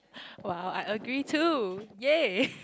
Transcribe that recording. !wow! I agree too !yay!